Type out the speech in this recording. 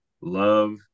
love